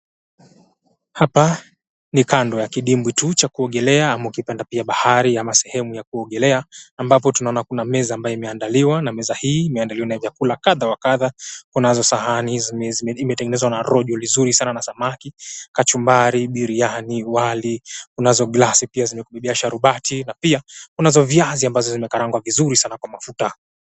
Hapa ni kando tu ya kidimbwi tu cha kuogelea, ama ukipenda bahari ama sehemu ya kuogelea. Ambapo tunaona kuna meza ambayo imeandaliwa, na meza hii imeandaliwa na vyakula kadha wa kadha. Kunazo sahani zenye imetengenezwa na rojo lizuri sana na samaki, kachumbari, biriani, wali. Kunazo glasi pia zimekubebea sharubati, na pia kunazo viazi ambazo zime karangwa vizuri sana kwa mafuta.